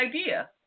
idea